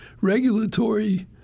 regulatory